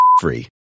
free